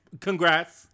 Congrats